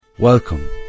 Welcome